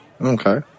Okay